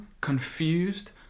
confused